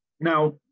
Now